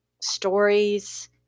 stories